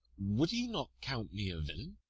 would he not count me a villain?